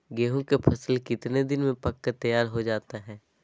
गेंहू के फसल कितने दिन में पक कर तैयार हो जाता है